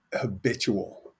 habitual